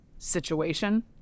situation